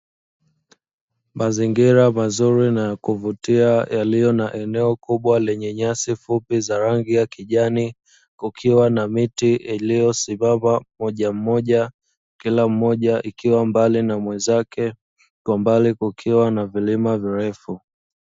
Mazingira mazuri na ya kuvutia yaliyo na eneo kubwa lenye nyasi fupi za rangi ya kijani, kukiwa na miti iliyosimama mmoja mmoja kila mmoja ukiwa mbali na mwenzake kwa mbali kukiwa na vilima virefu.